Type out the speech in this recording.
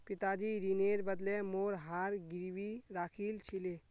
पिताजी ऋनेर बदले मोर हार गिरवी राखिल छिले